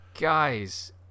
Guys